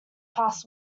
pass